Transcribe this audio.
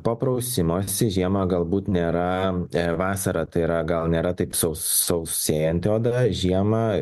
po prausimosi žiemą galbūt nėra vasarą tai yra gal nėra taip sau sausėjanti oda žiemą